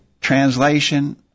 translation